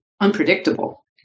unpredictable